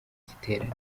giterane